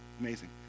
Amazing